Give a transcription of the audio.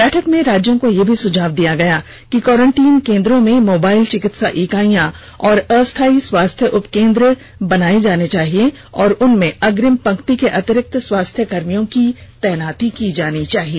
बैठक में राज्यों को यह भी सुझाव दिया गया कि क्वारिंटीन केंद्रों में मोबाइल चिकित्सा इकाइयां और अस्थायी स्वास्थ्य उप केंद्र बनाए जाने चाहिए और उनमें अग्रिम पंक्ति के अतिरिक्त स्वास्थ्यकर्मियों की तैनाती की जानी चाहिए